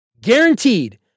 Guaranteed